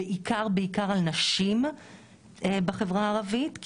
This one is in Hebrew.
בעיקר על נשים בחברה הערבית,